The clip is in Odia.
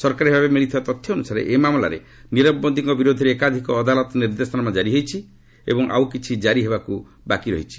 ସରକାରୀ ଭାବେ ମିଳିଥିବା ତଥ୍ୟ ଅନୁସାରେ ଏହି ମାମଲାରେ ନିରବ ମୋଦିଙ୍କ ବିରୋଧରେ ଏକାଧିକ ଅଦାଲତ ନିର୍ଦ୍ଦେଶନାମା କାରି ହୋଇଛି ଏବଂ ଆଉ କିଛି କାରି ହେବାକୁ ଯାଉଛି